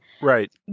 Right